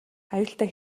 аюултай